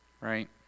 Right